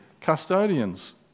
custodians